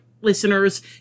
listeners